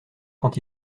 quant